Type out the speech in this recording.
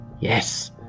Yes